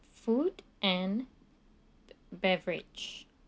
food and beverage